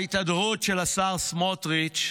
ההתהדרות של השר סמוטריץ'